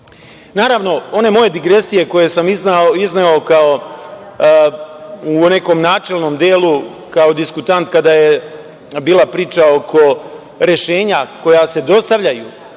planova. Naravno, one moje digresije koje sam izneo kao u nekom načelnom delu, kao diskutant, kada je bila priča oko rešenja koja se dostavljaju